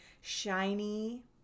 shiny